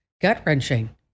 gut-wrenching